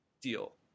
deal